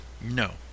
No